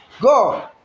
Go